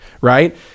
right